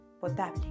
potable